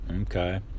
Okay